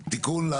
תיקון.